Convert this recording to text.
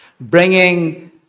bringing